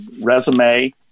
resume